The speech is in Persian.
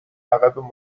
عقب